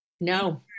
No